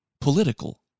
political